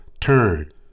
turn